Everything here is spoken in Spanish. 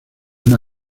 una